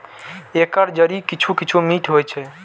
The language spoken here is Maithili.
एकर जड़ि किछु किछु मीठ होइ छै